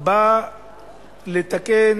באה לתקן